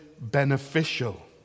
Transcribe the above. beneficial